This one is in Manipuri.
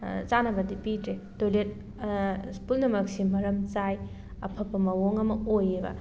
ꯆꯥꯅꯕꯗꯤ ꯄꯤꯗ꯭ꯔꯦ ꯇꯣꯏꯂꯦꯠ ꯄꯨꯝꯅꯃꯛꯁꯦ ꯃꯔꯝ ꯆꯥꯏ ꯑꯐꯕ ꯃꯑꯣꯡ ꯑꯃ ꯑꯣꯏꯌꯦꯕ